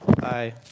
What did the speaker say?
Bye